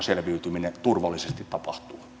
selviytyminen turvallisesti tapahtuu